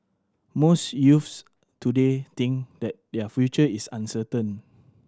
most youths today think that their future is uncertain